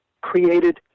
created